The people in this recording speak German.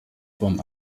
form